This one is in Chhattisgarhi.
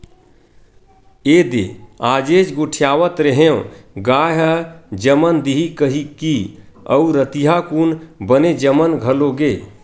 एदे आजेच गोठियावत रेहेंव गाय ह जमन दिही कहिकी अउ रतिहा कुन बने जमन घलो गे